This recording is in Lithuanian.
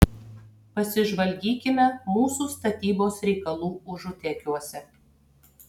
pasižvalgykime mūsų statybos reikalų užutėkiuose